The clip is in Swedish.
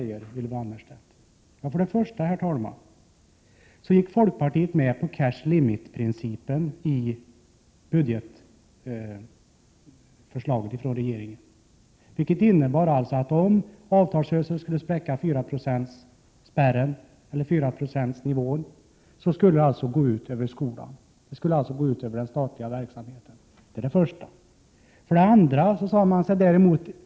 För det första, herr talman, gick folkpartiet med på cash-limit-principen som fanns i regeringens budgetförslag, vilket innebar att om avtalsrörelsen skulle spräcka 4-procentsspärren så skulle det gå ut över skolan och den statliga För det andra sade man, i en reservation frän folkpartiet, att man var villig — Prot.